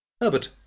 Herbert